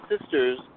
sisters